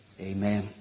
Amen